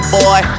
boy